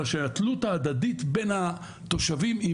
אלא שהתלות ההדדית בין התושבים היא